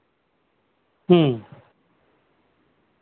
ᱦᱮᱸ